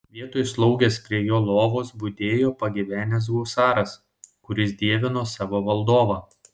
vietoj slaugės prie jo lovos budėjo pagyvenęs husaras kuris dievino savo valdovą